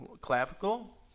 clavicle